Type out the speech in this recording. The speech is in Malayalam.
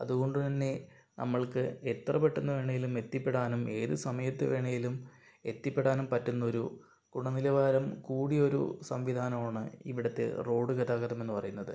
അതുകൊണ്ടുതന്നെ നമ്മൾക്ക് എത്ര പെട്ടന്ന് വേണമെങ്കിലും എത്തിപ്പെടാനും ഏത് സമയത്ത് വേണമെങ്കിലും എത്തിപ്പെടാനും പറ്റുന്ന ഒരു ഗുണ നിലവാരം കൂടിയ ഒരു സംവിധാനമാണ് ഇവിടുത്തെ റോഡ് ഗതാഗതം എന്ന് പറയുന്നത്